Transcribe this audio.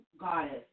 goddess